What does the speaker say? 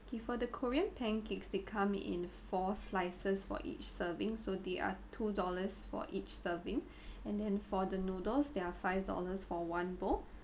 okay for the korean pancakes they come in four slices for each serving so they are two dollars for each serving and then for the noodles they are five dollars for one bowl